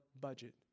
budget